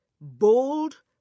bold